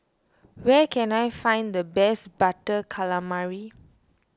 where can I find the best Butter Calamari